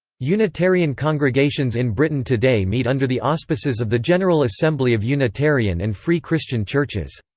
unitarian congregations in britain today meet under the auspices of the general assembly of unitarian and free christian churches.